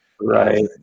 Right